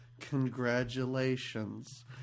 Congratulations